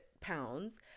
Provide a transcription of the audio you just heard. pounds